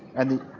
and